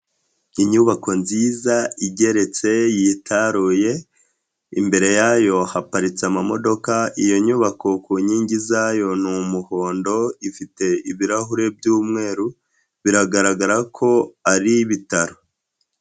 Inyubako nziza igeretse yitaruye, imbere yayo haparitse amamodoka, iyo nyubako ku nkingi zayo n'umuhondo ifite ibirahure by'umweru biragaragara ko ari ibitaro.